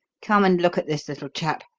come and look at this little chap.